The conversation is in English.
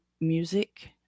Music